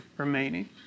Remaining